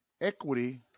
equity